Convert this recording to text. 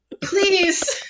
please